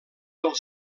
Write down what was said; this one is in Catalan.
del